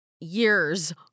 years